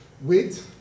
wait